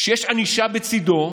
שיש ענישה בצידו,